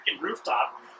rooftop